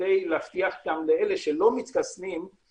כדי להבטיח גם לאלה שלא מתחסנים את